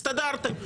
הסתדרתם.